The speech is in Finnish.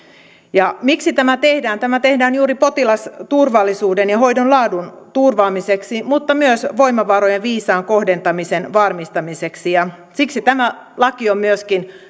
ja miksi tämä tehdään tämä tehdään juuri potilasturvallisuuden ja hoidon laadun turvaamiseksi mutta myös voimavarojen viisaan kohdentamisen varmistamiseksi ja siksi tämä laki on myöskin